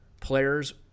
players